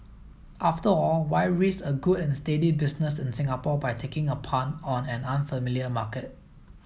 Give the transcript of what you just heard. after all why risk a good and steady business in Singapore by taking a punt on an unfamiliar market